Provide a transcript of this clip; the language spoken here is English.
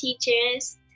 teachers